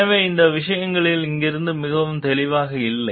எனவே இந்த விஷயங்கள் இங்கிருந்து மிகவும் தெளிவாக இல்லை